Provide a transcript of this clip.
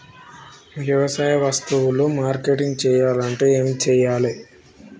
వ్యవసాయ వస్తువులు మార్కెటింగ్ చెయ్యాలంటే ఏం చెయ్యాలే?